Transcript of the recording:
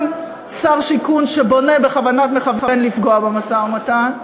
גם שר שיכון שבונה בכוונת מכוון לפגוע במשא-ומתן,